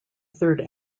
third